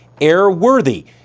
airworthy